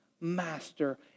master